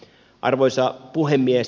arvoisa puhemies